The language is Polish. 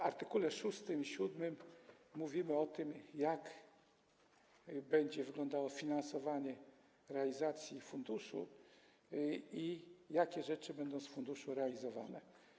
W art. 6 i 7 mówimy o tym, jak będzie wyglądało finansowanie realizacji funduszu i jakie rzeczy będą z funduszu realizowane.